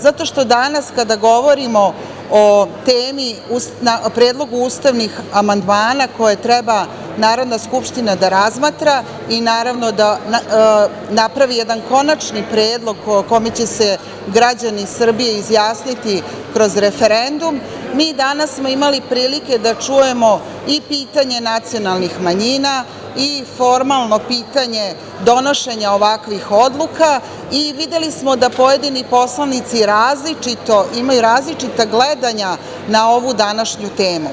Zato što danas kada govorimo o predlogu ustavnih amandmana, koje treba Narodna skupština da razmatra i da napravi jedan konačni predlog o kome će se građani Srbije izjasniti kroz referendum, mi danas smo imali prilike da čujemo i pitanje nacionalnih manjina i formalno pitanje donošenja ovakvih odluka i videli smo da pojedini poslanici imaju različita gledanja na ovu današnju temu.